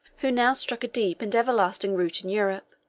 who now struck a deep and everlasting root in europe,